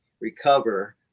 recover